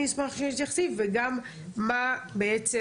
אני אשמח שתתייחסי וגם מה בעצם,